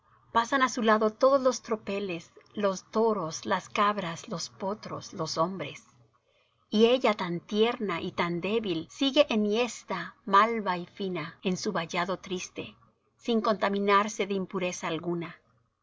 pasan a su lado todos los tropeles los toros las cabras los potros los hombres y ella tan tierna y tan débil sigue enhiesta malva y fina en su vallado triste sin contaminarse de impureza alguna